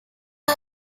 are